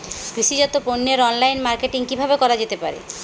কৃষিজাত পণ্যের online marketing কিভাবে করা যেতে পারে?